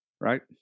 right